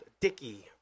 Dicky